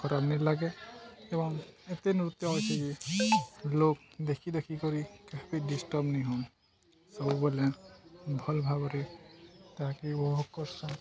ଖରାପ ନାଇଁ ଲାଗେ ଏବଂ ଏତେ ନୃତ୍ୟ ଅଛି ଯେ ଲୋକ୍ ଦେଖି ଦେଖିକରି କୋବେ ଡିଷ୍ଟର୍ବ ନାଇଁ ହୁଅନ୍ ସବୁବେଲେ ଭଲ୍ ଭାବରେ ତାହାକେ ଉପଭୋଗ କରସନ୍